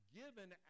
given